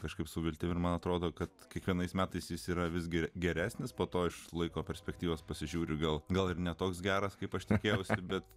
kažkaip su viltimi ir man atrodo kad kiekvienais metais jis yra visgi geresnis po to aš laiko perspektyvos pasižiūriu gal gal ir ne toks geras kaip aš tikėjausi bet